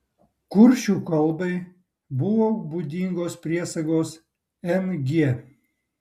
kuršių kalbai buvo būdingos priesagos ng